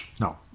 no